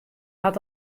hat